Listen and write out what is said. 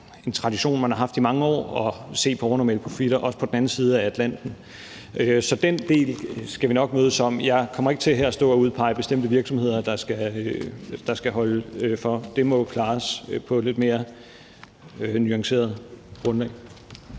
en tradition, man har haft i mange år, at se på overnormale profitter – også på den anden side af Atlanten. Så den del skal vi nok kunne mødes om. Jeg kommer ikke til at stå her og udpege bestemte virksomheder, der skal holde for – det må klares på et lidt mere nuanceret grundlag.